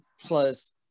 plus